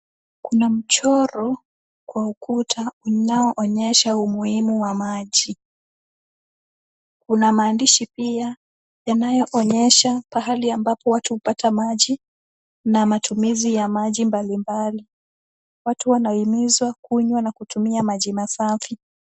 Kuna mchoro kwa ukuta unaoonyesha umuhimu wa maji. Kuna maandishi pia yanayoonyesha pahali ambapo watu hupata maji, na matumizi ya maji mbalimbali. Watu wanahimizwa kunywa na kutumia maji masafi.